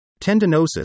Tendinosis